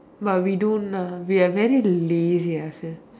but we don't ah we are very lazy I feel